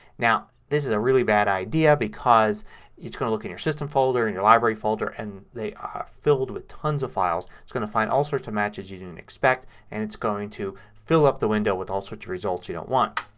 now this is a really bad idea because it's going to look in your system folder and your library folder and they are filled with tons of files. it's going to find all sorts of matches you didn't expect and it's going to fill up the window will all sorts of results you don't want.